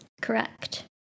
correct